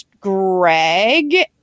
Greg